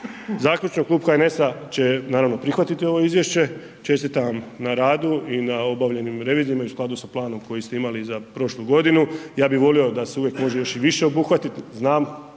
Zaključno, Klub HNS-a će, naravno prihvatiti ovo izvješće. Čestitam na radu i na obavljenim revizijama u skladu sa planom koji ste imali za prošlu godinu. Ja bih volio da se uvijek može još i više obuhvatiti. Znam